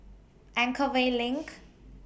Anchorvale LINK